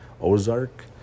ozark